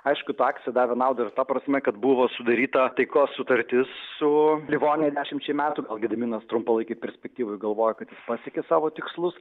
aišku tų akcijų davė naudą ir ta prasme kad buvo sudaryta taikos sutartis su livonija dešimčiai metų gal gediminas trumpalaikėj perspektyvoj galvojo kad jis pasiekė savo tikslus